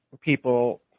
people